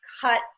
cut